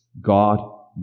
God